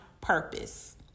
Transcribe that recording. purpose